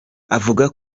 avuga